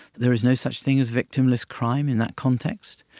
there is no such thing as victimless crime in that context.